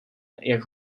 jak